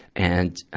and,